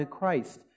Christ